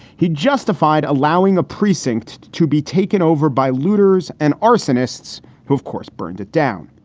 he justified allowing a precinct to be taken over by looters and arsonists who, of course, burned it down.